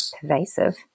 pervasive